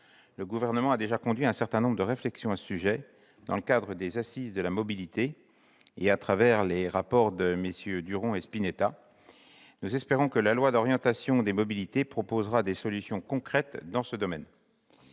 Le Gouvernement a déjà conduit un certain nombre de réflexions dans le cadre des Assises nationales de la mobilité et à travers les rapports de MM. Duron et Spinetta. Nous espérons que la loi d'orientation sur les mobilités proposera des solutions concrètes dans ce domaine.